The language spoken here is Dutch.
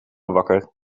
wakker